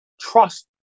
trust